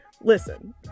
Listen